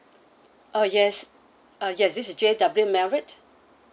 oh yes ah yes this is J_W marriott